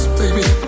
baby